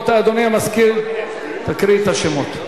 אדוני המזכיר, תקריא את השמות.